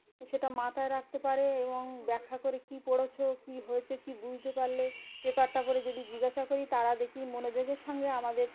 তো সেটা মাথায় রাখতে পারে এবং ব্যাখ্যা করে কী পড়েছ কী হয়েছে কী বুঝতে পারলে পেপারটা পড়ে যদি জিজ্ঞাসা করি তারা দেখি মনোযোগের সঙ্গে আমাদের